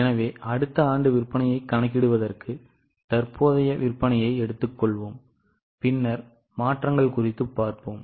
எனவே அடுத்த ஆண்டு விற்பனையை கணக்கிடுவதற்கு தற்போதைய விற்பனையை எடுத்துக்கொள்வோம் பின்னர் மாற்றங்களைப் பார்ப்போம்